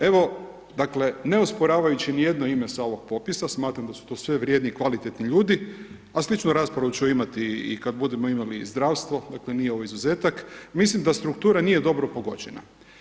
Evo, dakle, ne osporavajući nijedno ime sa ovog popisa, smatram da su to sve vrijedni i kvalitetni ljudi, a sličnu raspravu ću imati i kad budemo imali i zdravstvo, dakle nije ovo izuzetak, mislim da struktura nije dobro pogođena.